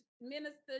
minister